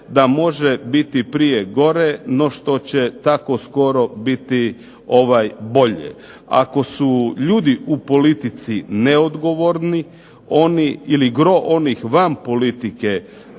da može biti prije gore no što će tako skoro biti bolje. Ako su ljudi u politici neodgovorni ili gro onih van politike,